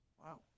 Wow